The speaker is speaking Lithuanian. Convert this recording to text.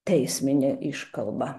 teisminė iškalba